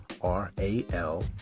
R-A-L